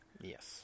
Yes